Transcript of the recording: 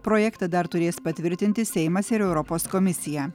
projektą dar turės patvirtinti seimas ir europos komisija